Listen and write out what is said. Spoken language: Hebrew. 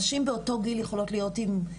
כי גם לא היינו רוצים לראות אפליה